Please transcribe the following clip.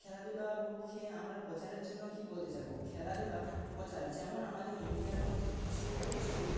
খেলাধুলার পক্ষে আমরা প্রচারের জন্য কি বলতে চাইব খেলাধুলা প্রচার যেমন আমাদের ইন্ডিয়ার মধ্যে কিছু কিছু